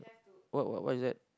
what what what is that